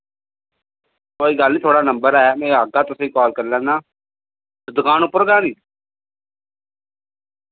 कोई गल्ल नि थुआढ़ा नंबर ऐ मैं आगा तुसें काल कर लैना दुकान उप्पर गै ओ नि